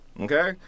okay